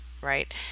right